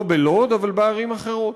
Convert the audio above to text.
לא בלוד אבל בערים אחרות.